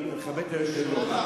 אני מכבד את היושב-ראש.